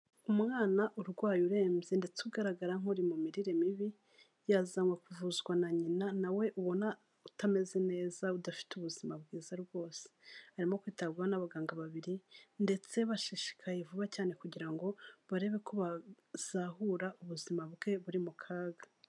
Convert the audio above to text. Umwana urwaye urembye ndetse ugaragara nk'uri mu mirire mibi, yazanwe kuvuzwa na nyina, na we ubona utameze neza udafite ubuzima bwiza rwose, arimo kwitabwaho n'abaganga babiri ndetse bashishikaye vuba cyane kugira ngo barebe ko bazahura ubuzima bwe buri mu kaga.